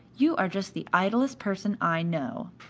you are just the idlest person i know.